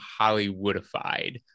Hollywoodified